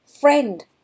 friend